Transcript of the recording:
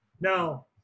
now